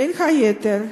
בין היתר,